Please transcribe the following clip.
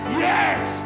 yes